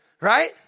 right